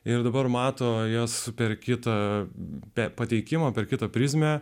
ir dabar mato jas super kitą be pateikimo per kitą prizmę